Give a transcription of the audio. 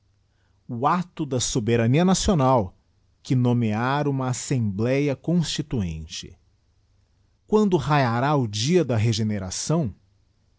o acto a soberania nacionid que nomear uma assembléa constituinte quando raiará o dia da regeneração